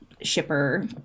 shipper